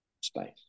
space